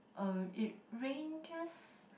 uh it ranges